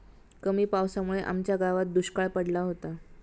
कमी पावसामुळे आमच्या गावात दुष्काळ पडला होता